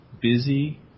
Busy